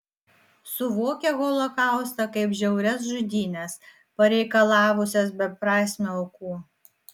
suvokia holokaustą kaip žiaurias žudynes pareikalavusias beprasmių aukų